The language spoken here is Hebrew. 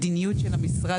מהמדיניות של המשרד,